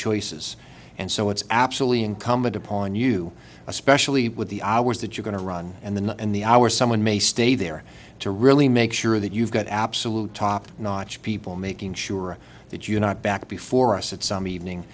choices and so it's absolutely incumbent upon you especially with the hours that you're going to run and then and the hour someone may stay there to really make sure that you've got absolute top notch people making sure that you're not back before us that some evening